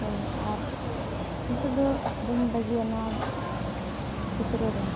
ᱦᱳᱭ ᱟᱨ ᱱᱤᱛᱳᱜᱫᱚ ᱵᱟᱹᱧ ᱵᱟᱹᱜᱤᱭᱟ ᱱᱚᱣᱟ ᱪᱤᱛᱨᱚ ᱫᱚ